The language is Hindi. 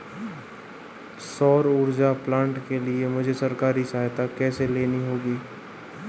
सौर ऊर्जा प्लांट के लिए मुझे सरकारी सहायता कैसे लेनी होगी?